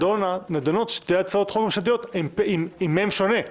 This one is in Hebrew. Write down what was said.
שנדונות שתי הצעות חוק ממשלתיות עם מ' שונה,